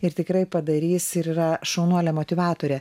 ir tikrai padarys ir yra šaunuolė motyvatorė